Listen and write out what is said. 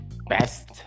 Best